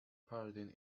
parading